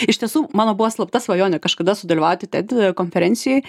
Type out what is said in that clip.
iš tiesų mano buvo slapta svajonė kažkada sudalyvauti ted konferencijoj